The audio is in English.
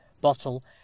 bottle